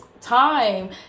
time